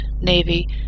navy